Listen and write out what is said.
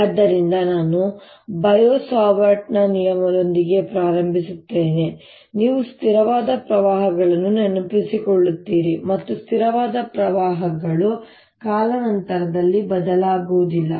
ಆದ್ದರಿಂದ ನಾನು Biot Savart ನಿಯಮದೊಂದಿಗೆ ಪ್ರಾರಂಭಿಸುತ್ತೇನೆ ನೀವು ಸ್ಥಿರವಾದ ಪ್ರವಾಹಗಳನ್ನು ನೆನಪಿಸಿಕೊಳ್ಳುತ್ತೀರಿ ಮತ್ತು ಸ್ಥಿರವಾದ ಪ್ರವಾಹಗಳು ಕಾಲಾನಂತರದಲ್ಲಿ ಬದಲಾಗುವುದಿಲ್ಲ